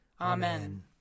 Amen